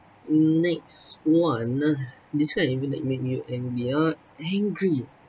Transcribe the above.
next one nah describe an event that made you ang~ yeah angry